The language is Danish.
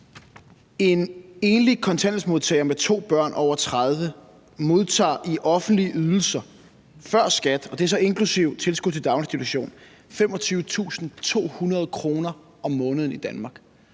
En enlig kontanthjælpsmodtager over 30 år med to børn modtager i offentlige ydelser før skat – og det er så inklusive tilskud til daginstitution – 25.200 kr. om måneden i Danmark.